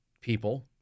people